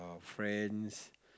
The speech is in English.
friends